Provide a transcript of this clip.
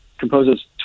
composes